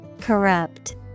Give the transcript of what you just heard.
corrupt